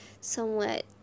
somewhat